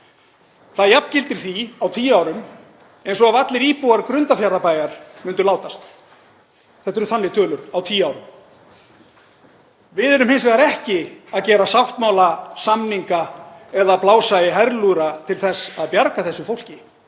Það jafngildir því á tíu árum eins og ef allir íbúar Grundarfjarðarbæjar myndu látast. Þetta eru þannig tölur á tíu árum. Við erum hins vegar ekki að gera sáttmála, samninga eða að blása í herlúðra til þess að bjarga þessu fólki,